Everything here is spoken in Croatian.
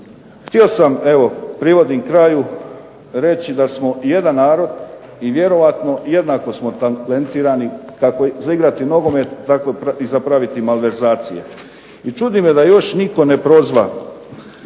Htio sam evo, privodim kraju reći da smo jedan narod i vjerojatno jednako smo talentirani kako za igrati nogomet, tako i za praviti malverzacije. I čudi me da još nitko ne prozva